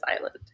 island